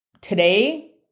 Today